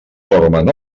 dormen